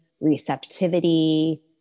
receptivity